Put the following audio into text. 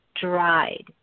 dried